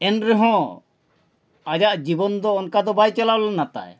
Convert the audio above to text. ᱮᱱ ᱨᱮᱦᱚᱸ ᱟᱡᱟᱜ ᱡᱤᱵᱚᱱ ᱫᱚ ᱚᱱᱠᱟ ᱫᱚ ᱵᱟᱭ ᱪᱟᱞᱟᱣ ᱞᱮᱱᱟ ᱱᱟᱛᱟᱭ